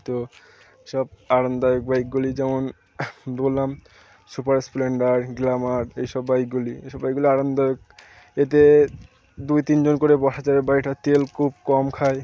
তো সব আরামদায়ক বাইকগুলি যেমন বললাম সুপার স্প্লেন্ডার গ্লামার এইসব বাইকগুলি এই সব বাইকগুলি আরামদায়ক এতে দুই তিন জন করে বসা যাবে বাইকটা তেল খুব কম খায়